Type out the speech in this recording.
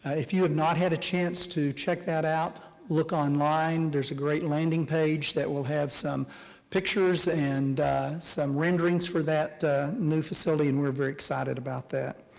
if you have not had a chance to check that out, look online, there's a great landing page that will have some pictures and some renderings for that new facility and we're very excited about that.